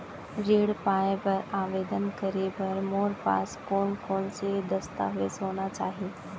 ऋण पाय बर आवेदन करे बर मोर पास कोन कोन से दस्तावेज होना चाही?